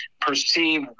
perceive